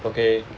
okay